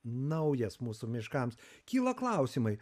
naujas mūsų miškams kyla klausimai